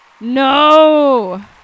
no